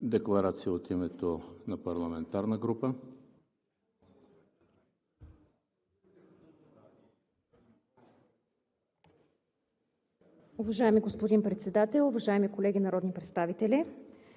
Декларация от името на парламентарна група.